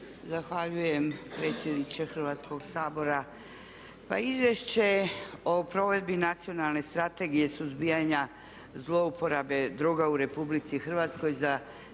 Zahvaljujem predsjedniče Hrvatskog sabora. Pa Izvješće o provedbi Nacionalne strategije suzbijanja zlouporabe droga u Republici Hrvatskoj za 2014.